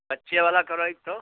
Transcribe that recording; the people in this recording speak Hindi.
बच्चे वाला करवाएं तो